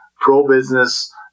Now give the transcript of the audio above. pro-business